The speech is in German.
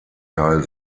teil